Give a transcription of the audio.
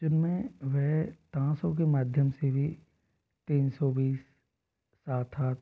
जिनमें वह ताशो के माध्यम से भी तीन सौ बीस सात आठ